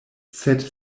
sed